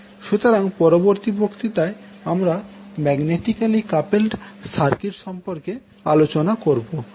সুতরাং পরবর্তী বক্তৃতায় আমরা ম্যাগনেটিকালী কাপেলড সার্কিট সম্পর্কে আলোচনা করব